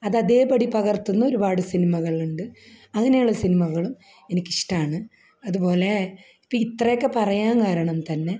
അത് അതേപടി പകർത്തുന്ന ഒരുപാട് സിനിമകളുണ്ട് അങ്ങനെയുള്ള സിനിമകളും എനിക്ക് ഇഷ്ടമാണ് അതുപോലെ ഇപ്പം ഇത്രയൊക്കെ പറയാൻ കാരണം തന്നെ